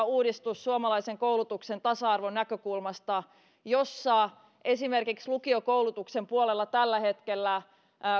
uudistus suomalaisen koulutuksen tasa arvon näkökulmasta esimerkiksi lukiokoulutuksen puolella tällä hetkellä